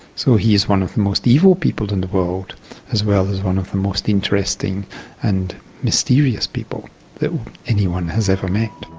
so he is one of the most evil people in the world as well as one of the most interesting and mysterious people that anyone has ever met.